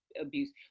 abuse